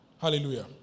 Hallelujah